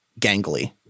gangly